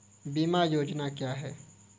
बीमा योजना क्या है?